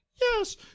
Yes